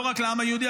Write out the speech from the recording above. לא רק לעם היהודי,